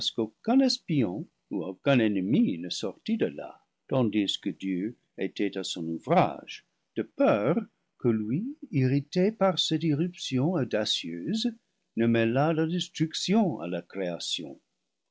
espion ou aucun ennemi ne sortît de là tandis que dieu était à son ouvrage de peur que lui irrité par cette irruption audacieuse ne mêlât la destruction à la création